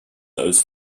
those